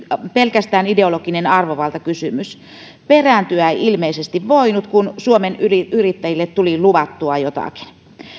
pelkästään ideologinen arvovaltakysymys perääntyä ei ilmeisesti voinut kun suomen yrittäjille tuli luvattua jotakin